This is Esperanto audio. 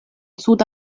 sud